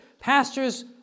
pastors